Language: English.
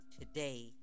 today